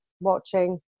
watching